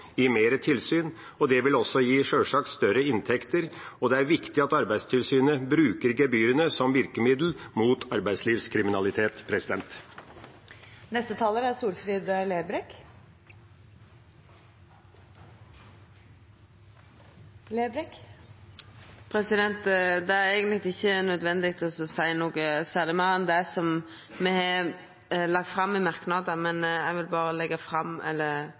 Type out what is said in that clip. mer tilsyn. Det vil sjølsagt gi større inntekter, og det er viktig at Arbeidstilsynet bruker gebyrene som virkemiddel mot arbeidslivskriminalitet. Det er eigentleg ikkje nødvendig å seia noko særleg meir enn det me har lagt fram i merknadene. Eg vil berre